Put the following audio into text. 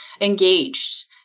engaged